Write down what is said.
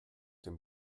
dem